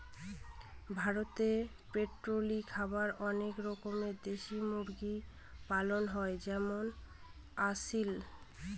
ভারতে পোল্ট্রি খামারে অনেক রকমের দেশি মুরগি পালন হয় যেমন আসিল